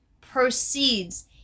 proceeds